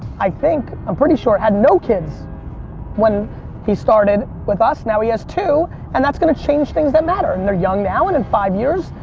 i think, i'm pretty sure had no kids when he started with us, now he has two and that's gonna change things that matter. and they're young now. in and five years,